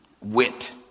wit